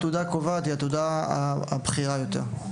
התעודה הקובעת היא התעודה הבכירה יותר.